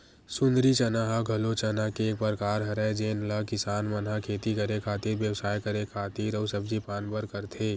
सुंदरी चना ह घलो चना के एक परकार हरय जेन ल किसान मन ह खेती करे खातिर, बेवसाय करे खातिर अउ सब्जी पान बर करथे